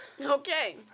Okay